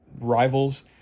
rivals